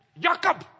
Jacob